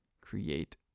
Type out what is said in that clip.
create